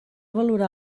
valorar